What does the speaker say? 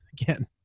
again